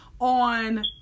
on